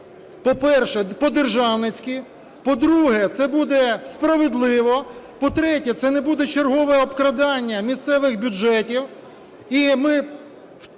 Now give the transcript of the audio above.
по-перше, по-державницьки; по-друге, це буде справедливо; по-третє, це не буде чергове обкрадання місцевих бюджетів.